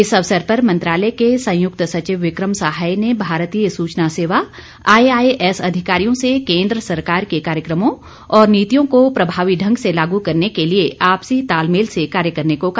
इस अवसर पर मंत्रालय के संयुक्त सचिव विक्रम सहाय ने भारतीय सूचना सेवा आईआईएस अधिकारियों से कोन्द्र सरकार के कार्यक्रमों और नीतियों को प्रभावी ढंग से लागू करने के लिए आपसी तालमेल से कार्य करने को कहा